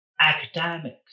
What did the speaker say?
academics